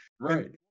Right